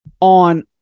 on